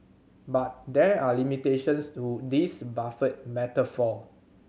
but there are limitations to this buffet metaphor